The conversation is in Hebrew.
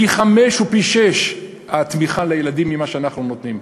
בילדים פי-חמישה או פי-שישה ממה שאנחנו נותנים,